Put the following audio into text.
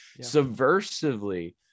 subversively